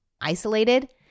isolated